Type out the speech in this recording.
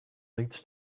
leads